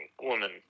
woman